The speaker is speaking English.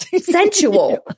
Sensual